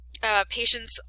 Patients